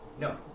No